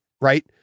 Right